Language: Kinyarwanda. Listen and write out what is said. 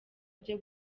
byo